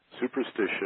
Superstition